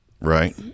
Right